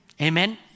Amen